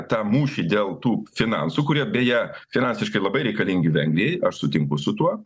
tą mūšį dėl tų finansų kurie beje finansiškai labai reikalingi vengrijai aš sutinku su tuo